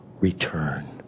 return